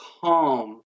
calm